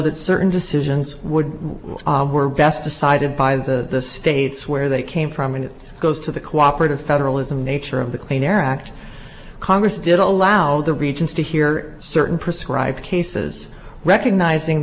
that certain decisions would were best decided by the states where they came from and it goes to the cooperative federalism nature of the clean air act congress did allow the regents to hear certain prescribed cases recognizing